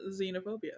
xenophobia